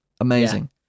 amazing